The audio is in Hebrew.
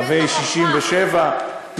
קווי 67'. בעזה כיסו את המפה.